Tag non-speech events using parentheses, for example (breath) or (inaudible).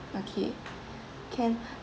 okay can (breath)